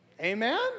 Amen